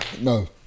No